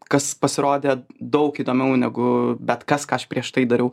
kas pasirodė daug įdomiau negu bet kas ką aš prieš tai dariau